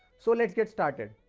so, let's get started!